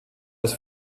des